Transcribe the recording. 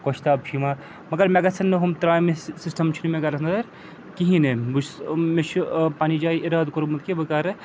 گۄشتاب چھِ یِوان مگر مےٚ گژھَن نہٕ ہُم ترٛامہِ سِسٹَمم چھُنہٕ مےٚ گرَس انٛدر کِہیٖنۍ نہٕ بہٕ چھُس مےٚ چھُ پَنٛنہِ جایہِ اِراد کوٚرمُت کہِ بہٕ کَرٕ